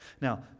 Now